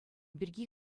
пирки